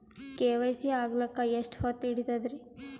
KYC ಆಗಲಕ್ಕ ಎಷ್ಟ ಹೊತ್ತ ಹಿಡತದ್ರಿ?